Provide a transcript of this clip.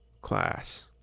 class